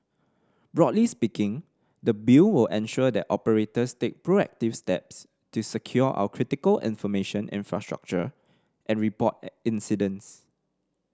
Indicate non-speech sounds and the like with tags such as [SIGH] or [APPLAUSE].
broadly speaking the Bill will ensure that operators take proactive steps to secure our critical information infrastructure and report [HESITATION] incidents